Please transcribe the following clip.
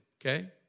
okay